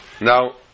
Now